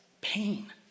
pain